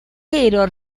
pero